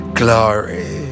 glory